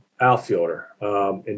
outfielder